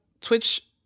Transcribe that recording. twitch